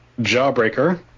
jawbreaker